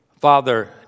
father